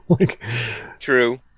True